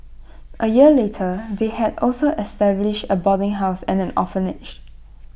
A year later they had also established A boarding house and an orphanage